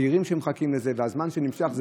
הצעירים מחכים לזה והזמן נמשך.